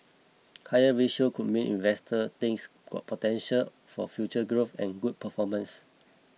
higher ratio could mean investors think got potential for future growth and good performance